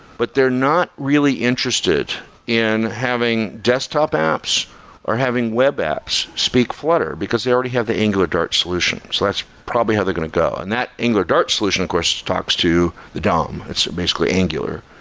but they're not really interested in having desktop apps or having web apps speak flutter, because they already have the angulardart solution. so that's probably how they're going to go, and that angulardart solution of course talks to the dom. it's basically angular,